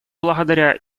благодаря